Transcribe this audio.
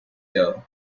year